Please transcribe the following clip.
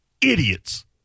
Idiots